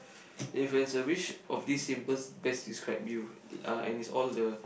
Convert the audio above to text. if it is a which of this symbols best describe you uh and is all the